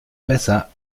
besser